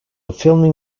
filming